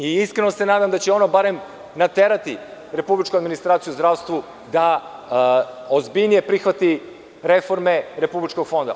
Iskreno se nadam da će ono barem naterati republičku administraciju u zdravstvu da ozbiljnije prihvati reforme Republičkog fonda.